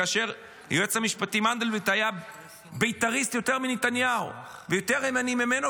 כאשר היועץ המשפטי מנדלבליט היה בית"ריסט יותר מנתניהו ויותר ימני ממנו,